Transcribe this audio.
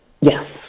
Yes